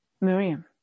Miriam